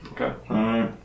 Okay